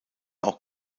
auch